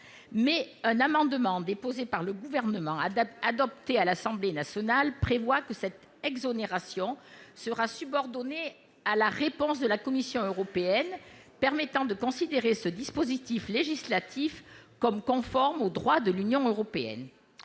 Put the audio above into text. Mais un amendement déposé par le Gouvernement et adopté à l'Assemblée nationale tend à subordonner cette exonération à une décision de la Commission européenne, permettant de considérer ce dispositif législatif comme étant conforme au droit de l'Union européenne.